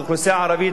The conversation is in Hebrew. כאוכלוסייה ערבית,